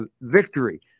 victory